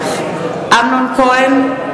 אמנון כהן,